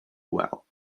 well